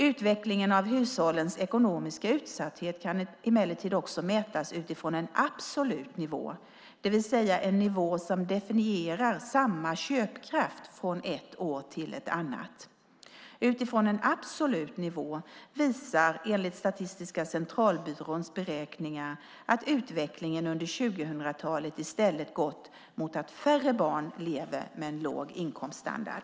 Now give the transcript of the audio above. Utvecklingen av hushållens ekonomiska utsatthet kan emellertid också mätas utifrån en absolut nivå, det vill säga en nivå som definierar samma köpkraft från ett år till ett annat. Statistiska centralbyråns beräkningar visar att utvecklingen under 2000-talet utifrån en absolut nivå i stället gått mot att färre barn lever med en låg inkomststandard.